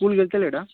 స్కూల్కి వెళ్ళడంలేదా